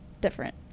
different